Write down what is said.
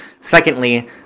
Secondly